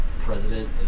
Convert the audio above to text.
president